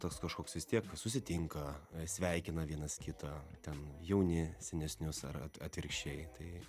tas kažkoks vis tiek susitinka sveikina vienas kitą ten jauni senesnius ar at atvirkščiai tai